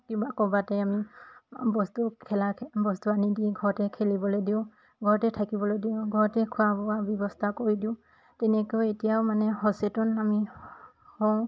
কিবা ক'ৰবাতে আমি বস্তু খেলা বস্তু আনি দি ঘৰতে খেলিবলৈ দিওঁ ঘৰতে থাকিবলৈ দিওঁ ঘৰতে খোৱা বোৱা ব্যৱস্থা কৰি দিওঁ তেনেকৈও এতিয়াও মানে সচেতন আমি হওঁ